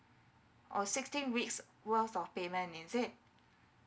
oh sixteen weeks worth of payment is it